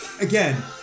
again